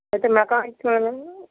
అంటే మెకానికల్